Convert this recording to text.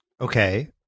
Okay